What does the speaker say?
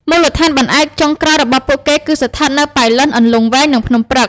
មូលដ្ឋានបង្អែកចុងក្រោយរបស់ពួកគេគឺស្ថិតនៅប៉ៃលិន អន្លង់វែង និងភ្នំព្រឹក។